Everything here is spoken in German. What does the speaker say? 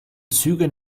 züge